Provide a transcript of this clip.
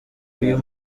uyu